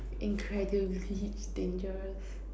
incredibly dangerous